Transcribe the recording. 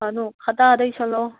ꯈꯇꯥꯗ ꯏꯁꯤꯜꯂꯣ